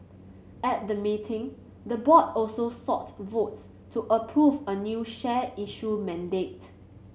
at the meeting the board also sought votes to approve a new share issue mandate